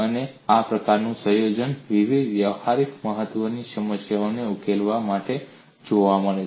અને આ પ્રકારનું સંયોજન વિવિધ વ્યવહારીક મહત્વની સમસ્યાઓને ઉકેલવા માટે જોવા મળે છે